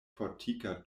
fortika